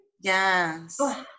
Yes